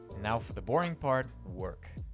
now for the boring part, work.